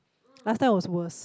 last time was worse